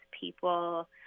people